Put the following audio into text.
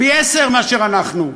פי-עשרה מאשר אנחנו,